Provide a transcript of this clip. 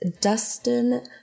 Dustin